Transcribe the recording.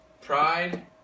pride